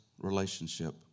relationship